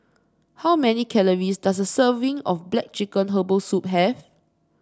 how many calories does a serving of black chicken Herbal Soup have